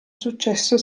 successo